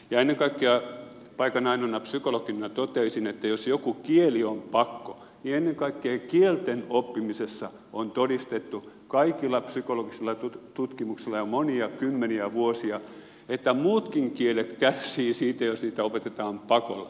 ennen kaikkea paikan ainoana psykologina toteaisin että jos joku kieli on pakko niin ennen kaikkea kielten oppimisessa on todistettu kaikilla psykologisilla tutkimuksilla jo monia kymmeniä vuosia että muutkin kielet kärsivät siitä jos niitä opetetaan pakolla